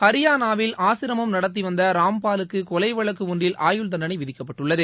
ஹரியானாவில் ஆசிரம் நடத்தி வந்த ராம்பாலுக்கு கொலைவழக்கு ஒன்றில் ஆயுள் தண்டணை விதிக்கப்பட்டுள்ளது